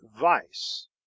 vice